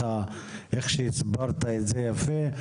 המשרד להגנת הסביבה לא הצליח להיכנס לנעליך איך שהסברת את זה יפה,